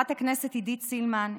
חברת הכנסת עידית סילמן,